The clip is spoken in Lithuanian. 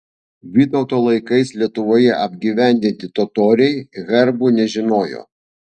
vytauto laikais lietuvoje apgyvendinti totoriai herbų nežinojo